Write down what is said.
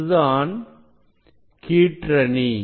இதுதான் கீற்றணி